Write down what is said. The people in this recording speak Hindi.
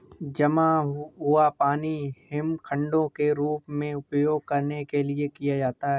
जमा हुआ पानी हिमखंडों के रूप में उपयोग करने के लिए किया जाता है